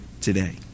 today